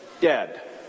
dead